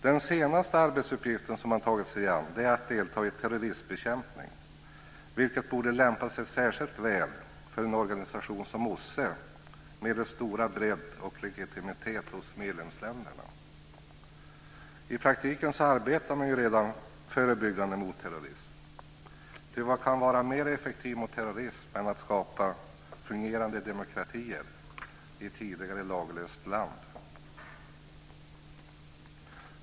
Den senast arbetsuppgift man har tagit sig an är att delta i terroristbekämpning, vilket borde lämpa sig särskilt väl för en organisation som OSSE med dess stora bredd och legitimitet hos medlemsländerna. I praktiken arbetar man ju redan förebyggande mot terrorism. Ty vad kan vara mer effektivt mot terrorism än att skapa fungerande demokratier i tidigare laglöst land?